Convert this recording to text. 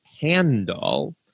handle